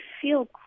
feel